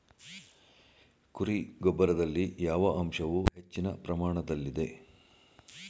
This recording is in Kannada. ಕುರಿ ಗೊಬ್ಬರದಲ್ಲಿ ಯಾವ ಅಂಶವು ಹೆಚ್ಚಿನ ಪ್ರಮಾಣದಲ್ಲಿದೆ?